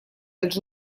els